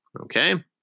okay